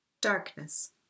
Darkness